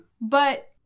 But-